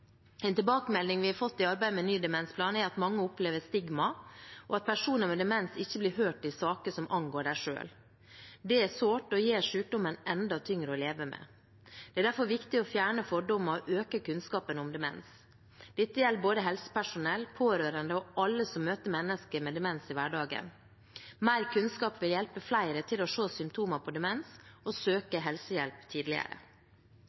En tilbakemelding vi har fått i arbeidet med ny demensplan, er at mange opplever stigma, og at personer med demens ikke blir hørt i saker som angår dem selv. Det er sårt og gjør sykdommen enda tyngre å leve med. Det er derfor viktig å fjerne fordommer og øke kunnskapen om demens. Dette gjelder både helsepersonell, pårørende og alle som møter mennesker med demens i hverdagen. Mer kunnskap vil hjelpe flere til å se symptomer på demens og søke helsehjelp tidligere.